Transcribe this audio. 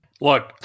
Look